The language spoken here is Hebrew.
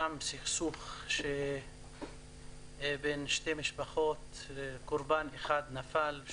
שם סכסוך בין שתי משפחות וקורבן אחד נפל,